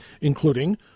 including